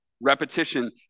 repetition